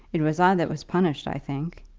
it was i that was punished, i think.